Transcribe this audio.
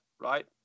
Right